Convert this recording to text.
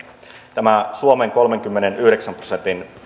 tämä suomen kolmenkymmenenyhdeksän prosentin